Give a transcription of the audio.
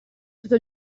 tutto